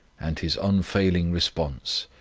and his unfailing response,